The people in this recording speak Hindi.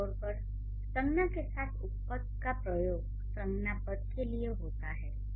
आमतौर पर संज्ञा के साथ उपपद का प्रयोग संज्ञा पद के लिए होता है